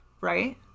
right